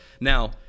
Now